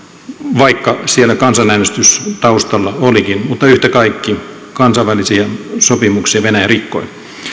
vaikka siellä kansanäänestys taustalla olikin mutta yhtä kaikki kansainvälisiä sopimuksia venäjä rikkoi